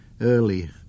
early